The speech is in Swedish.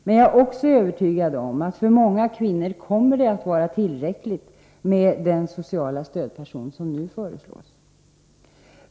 Men jag är också övertygad om att för många kvinnor kommer det att vara tillräckligt med den sociala stödperson som nu föreslås.